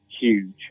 huge